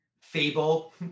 fable